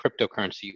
cryptocurrency